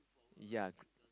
ya